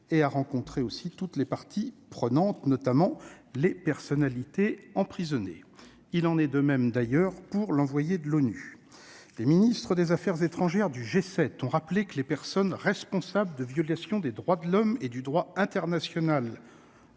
pas rencontrer toutes les parties prenantes, notamment les personnalités emprisonnées. Il en est de même, d'ailleurs, pour l'envoyé de l'ONU. Les ministres des affaires étrangères des pays du G7 ont rappelé que les personnes responsables de violations du droit international